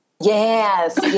Yes